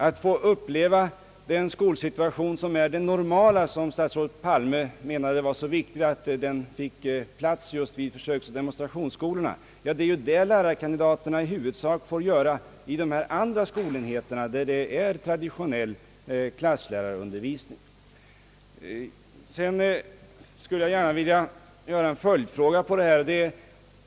Att få uppleva den skolsituation som är den normala — statsrådet menade att det var angeläget att den försiggick just vid försöksoch demonstrationsskolorna — är just vad lärarkandidaterna i huvudsak får göra inom de andra skolenheterna där det är traditionell klasslärarundervisning. Jag skulle gärna vilja ställa en följdfråga.